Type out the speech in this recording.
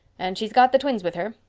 and she's got the twins with her.